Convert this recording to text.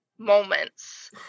moments